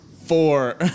Four